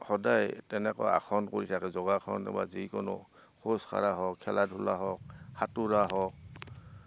সদায় তেনেকৈ আসন কৰি থাকে যোগাসন বা যিকোনো খোজ কাঢ়া হওক খেলা ধূলা হওক সাঁতোৰা হওক